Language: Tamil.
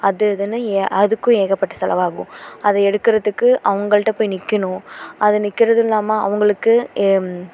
அது இதுன்னு ஏ அதுக்கும் ஏகப்பட்ட செலவாகும் அதை எடுக்கிறத்துக்கு அவங்கள்கிட்ட போய் நிற்கணும் அது நிற்கிறதும் இல்லாமல் அவர்களுக்கு